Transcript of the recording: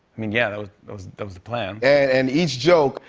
mean, yeah, that was that was that was the plan. and each joke,